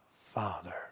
Father